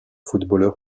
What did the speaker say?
footballeur